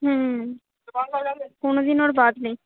হুম কোনোদিন ওর বাদ নেই